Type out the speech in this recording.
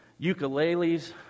ukuleles